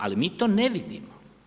Ali mi to ne vidimo.